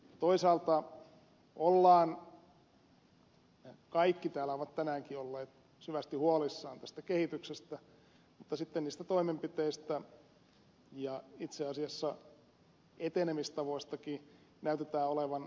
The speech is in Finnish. toisaalta ollaan kaikki täällä ovat tänäänkin olleet syvästi huolissaan tästä kehityksestä mutta sitten niistä toimenpiteistä ja itse asiassa etenemistavoistakin näytetään olevan vankasti erimielisiä